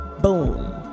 boom